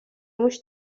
موش